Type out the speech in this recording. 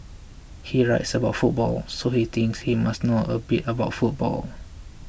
he writes about football so he thinks he must know a bit about football